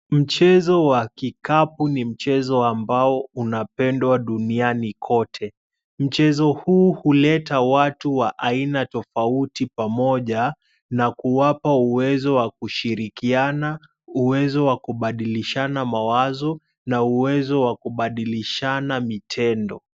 Mchezo wa kikapu ni mchezo ambao unapendwa duniani kote, mchezo huu huleta watu wa aina tofauti pamoja, na kuwapa uwezo kushirikiana, uwezo wa kubadilishana mawazo na uwezo wa kubadilishana vitendo.